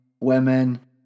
women